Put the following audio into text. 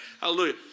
Hallelujah